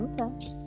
Okay